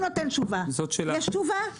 אני